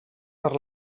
per